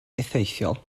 effeithiol